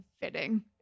fitting